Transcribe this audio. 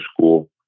school